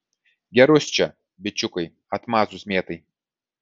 gerus čia bičiukai atmazus mėtai